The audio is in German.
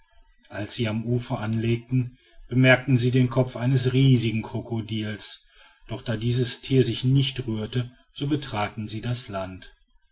als sie am ufer anlegten bemerkten sie den kopf eines riesigen krokodil's doch da dieses tier sich nicht rührte so betraten sie das land